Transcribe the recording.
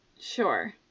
Sure